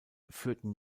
führten